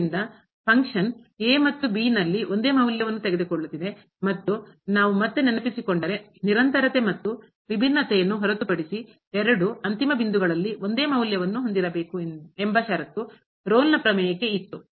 ಆದ್ದರಿಂದ ಫಂಕ್ಷನ್ ಕಾರ್ಯವು ಮತ್ತು ನಲ್ಲಿ ಒಂದೇ ಮೌಲ್ಯವನ್ನು ತೆಗೆದುಕೊಳ್ಳುತ್ತಿದೆ ಮತ್ತು ನಾವು ಮತ್ತೆ ನೆನಪಿಸಿಕೊಂಡರೆ ನಿರಂತರತೆ ಮತ್ತು ವಿಭಿನ್ನತೆಯನ್ನು ಹೊರತುಪಡಿಸಿ ಎರಡು ಅಂತಿಮ ಬಿಂದುಗಳಲ್ಲಿ ಒಂದೇ ಮೌಲ್ಯವನ್ನು ಹೊಂದಿರಬೇಕು ಎಂಬ ಷರತ್ತು ರೋಲ್ನ ಪ್ರಮೇಯಕ್ಕೆ ಇತ್ತು